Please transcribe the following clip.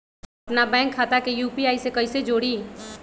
अपना बैंक खाता के यू.पी.आई से कईसे जोड़ी?